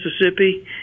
Mississippi